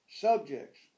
subjects